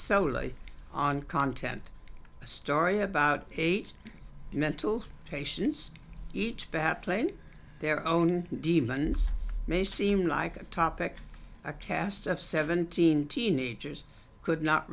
solely on content a story about eight mental patients eat perhaps laying their own demons may seem like a topic a cast of seventeen teenagers could not